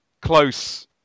close